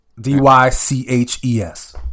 D-Y-C-H-E-S